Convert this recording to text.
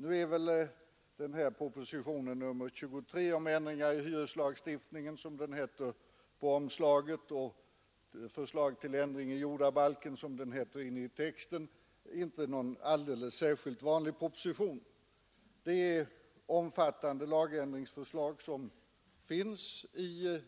Nu är propositionen nr 23 om ändringar i hyreslagstiftningen, som den heter på omslaget, och förslag till ändring i jordabalken, som den heter inne i texten, inte någon vanlig proposition. Det är omfattande lagändringar som föreslås